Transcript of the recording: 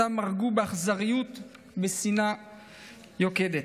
שאותם הרגו באכזריות ובשנאה יוקדת,